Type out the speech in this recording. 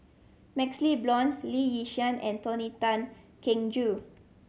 MaxLe Blond Lee Yi Shyan and Tony Tan Keng Joo